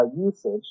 usage